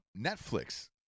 Netflix